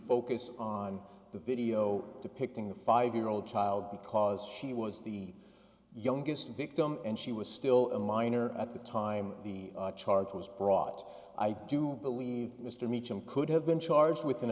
focus on the video depicting the five year old child because she was the youngest victim and she was still a minor at the time the charge was brought i do believe mr meacham could have been charged with an